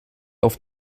auf